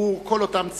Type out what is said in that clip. עבור כל אותם צעירים,